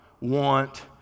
want